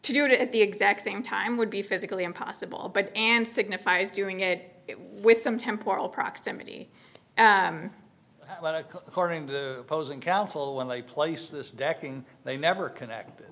to do it at the exact same time would be physically impossible but and signifies doing it with some temporal proximity according to the opposing counsel when they place the decking they never connected